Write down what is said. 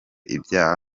ibyaha